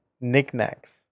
knickknacks